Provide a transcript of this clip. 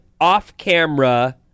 off-camera